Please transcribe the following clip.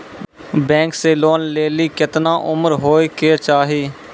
Bank से loan लेली केतना उम्र होय केचाही?